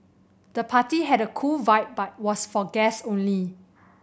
the party had a cool vibe but was for guest only